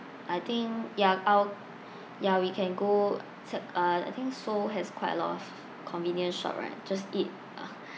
I think ya out ya we can go s~ uh I think seoul has quite a lot of convenience shop right just eat uh